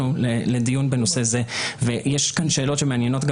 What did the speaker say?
בנושא הזה יש כאן שאלות שמעניינות גם